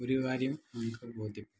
ഒരു കാര്യം നമുക്ക് ബോധ്യപ്പെടും